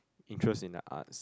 interest in the arts